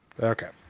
Okay